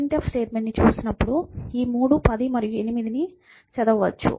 మీరు printf స్టేట్మెంట్ను చూసినప్పుడు మీరు ఈ 3 10 మరియు 8ని చదవవచ్చు